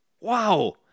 Wow